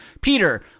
Peter